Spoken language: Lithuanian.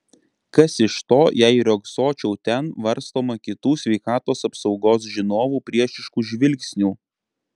kas iš to jei riogsočiau ten varstoma kitų sveikatos apsaugos žinovų priešiškų žvilgsnių